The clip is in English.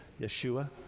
Yeshua